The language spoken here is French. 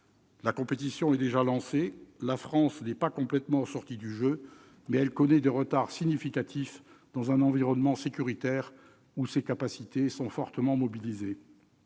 La compétition est déjà lancée. La France n'est pas complètement sortie du jeu, mais elle connaît des retards significatifs, dans un environnement sécuritaire où ses forces sont fortement mobilisées.